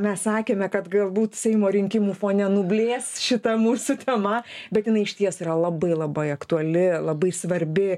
mes sakėme kad galbūt seimo rinkimų fone nublės šita mūsų tema bet jinai išties yra labai labai aktuali labai svarbi